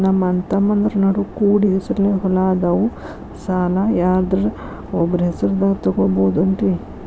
ನಮ್ಮಅಣ್ಣತಮ್ಮಂದ್ರ ನಡು ಕೂಡಿ ಹೆಸರಲೆ ಹೊಲಾ ಅದಾವು, ಸಾಲ ಯಾರ್ದರ ಒಬ್ಬರ ಹೆಸರದಾಗ ತಗೋಬೋದೇನ್ರಿ?